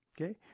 okay